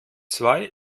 zwei